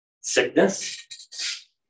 Sickness